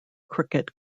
cricket